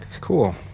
Cool